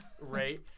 right